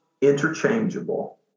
interchangeable